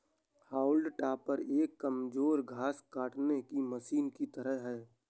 हाउल टॉपर एक कमजोर घास काटने की मशीन की तरह है